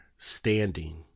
Standing